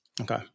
Okay